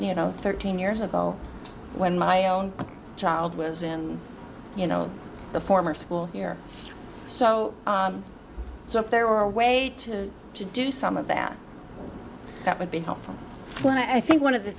you know thirteen years ago when my own child was in you know the former school here so so if there were a way to to do some of that haven't been helpful when i think one of the